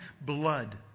blood